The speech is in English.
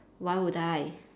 why would I